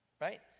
Right